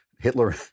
Hitler